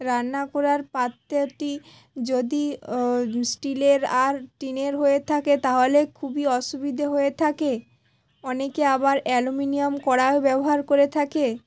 রান্না করার পাত্রটি যদি স্টিলের আর টিনের হয়ে থাকে তাহলে খুবই অসুবিধে হয়ে থাকে অনেকে আবার অ্যালুমিনিয়াম কড়াও ব্যবহার করে থাকে